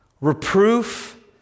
reproof